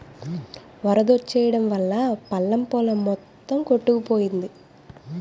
వరదొచ్చెయడం వల్లా పల్లం పొలం మొత్తం కొట్టుకుపోయింది